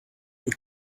were